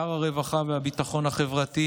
שר הרווחה והביטחון החברתי